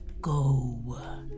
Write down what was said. go